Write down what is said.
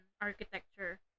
architecture